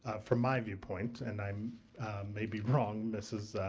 ah from my viewpoint, and i um may be wrong mrs.